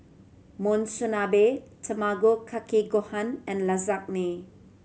Monsunabe Tamago Kake Gohan and Lasagne